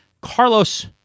Carlos